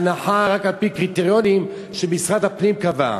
הנחה, רק על-פי קריטריונים שמשרד הפנים קבע.